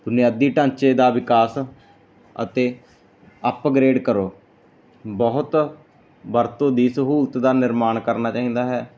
ਬੁਨਿਆਦੀ ਢਾਂਚੇ ਦਾ ਵਿਕਾਸ ਅਤੇ ਅਪਗਰੇਡ ਕਰੋ ਬਹੁਤ ਵਰਤੋਂ ਦੀ ਸਹੂਲਤ ਦਾ ਨਿਰਮਾਣ ਕਰਨਾ ਚਾਹੀਦਾ ਹੈ